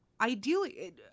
ideally